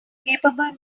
capable